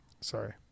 Sorry